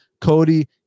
Cody